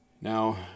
Now